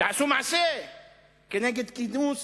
ועשו מעשה כנגד כינוס